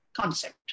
concept